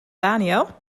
daniël